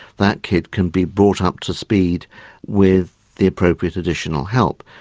that kid can be brought up to speed with the appropriate additional help.